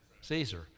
Caesar